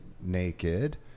naked